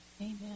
Amen